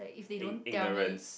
ig~ ignorance